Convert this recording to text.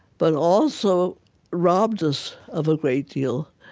but also robbed us of a great deal.